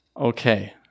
Okay